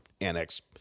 annex